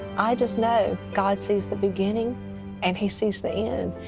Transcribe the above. i just know god sees the beginning and he sees the end.